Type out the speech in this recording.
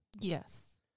Yes